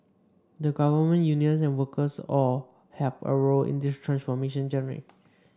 the Government unions and workers all have a role in this transformation journey